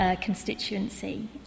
constituency